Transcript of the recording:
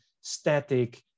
static